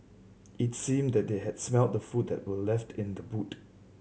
it seemed that they had smelt the food that were left in the boot